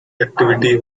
activity